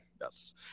Yes